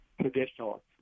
traditional